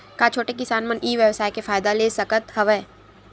का छोटे किसान मन ई व्यवसाय के फ़ायदा ले सकत हवय?